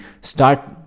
start